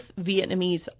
vietnamese